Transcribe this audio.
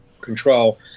control